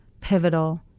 pivotal